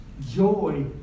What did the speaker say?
Joy